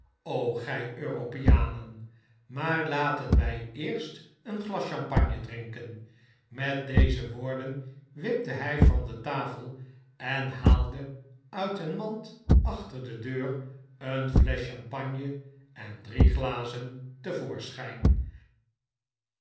gij europeanent maar laten wij eerst een glas champagne drinken met deze woorden wipte hij van de tafel en haalde uit een mand achter de deur een flesch champagne en drie glazen